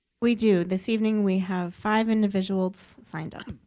we do. this evening, we have five individuals signed up.